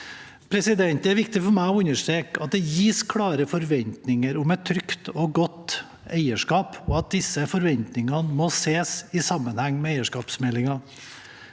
Det er viktig for meg å understreke at det gis klare forventninger om et trygt og godt eierskap, og at disse forventningene må sees i sammenheng med eierskapsmeldingen.